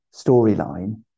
storyline